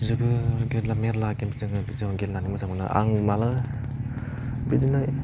जोबोर मेरला गेम जोङो जों गेलेनानै मोजां मोनो आं मालाबा बेदिनो